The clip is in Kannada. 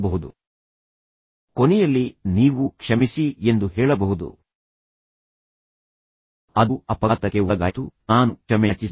ಆದ್ದರಿಂದ ಅದು ಪರ್ಯಾಯ ಪರಿಹಾರವಾಗಿದ್ದು ಅದು ಇತರ ವ್ಯಕ್ತಿಯನ್ನು ಆರಾಮದಾಯಕವಾಗಿಸುತ್ತದೆ ಮತ್ತು ಅದರ ಕೊನೆಯಲ್ಲಿ ನೀವು ಕ್ಷಮಿಸಿ ಎಂದು ಹೇಳಬಹುದು ಅಥವಾ ನೀವು ಪ್ರಾರಂಭಿಸಿದಾಗಲೂ ನೀವು ಹೇಳಬಹುದು ಅದು ಅಪಘಾತಕ್ಕೆ ಒಳಗಾಯಿತು ನಾನು ಕ್ಷಮೆಯಾಚಿಸುತ್ತೇನೆ